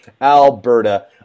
Alberta